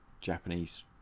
japanese